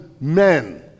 men